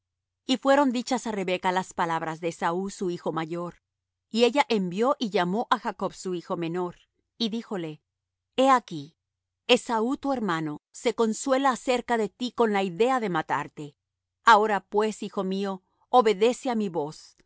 y fueron dichas á rebeca las palabras de esaú su hijo mayor y ella envió y llamó á jacob su hijo menor y díjole he aquí esaú tu hermano se consuela acerca de ti con la idea de matarte ahora pues hijo mío obedece á mi voz